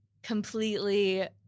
Completely